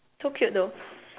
so cute though